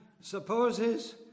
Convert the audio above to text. supposes